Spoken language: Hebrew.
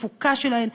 בתפוקה שלהן,